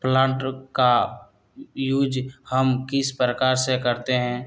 Plant का use हम किस प्रकार से करते हैं?